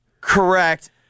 Correct